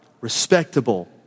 respectable